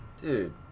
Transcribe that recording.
Dude